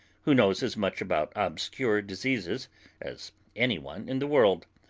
who knows as much about obscure diseases as any one in the world.